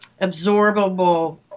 absorbable